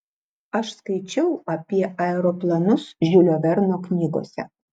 aš skaičiau apie aeroplanus žiulio verno knygose